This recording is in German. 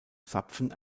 zapfen